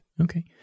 okay